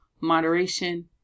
moderation